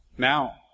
Now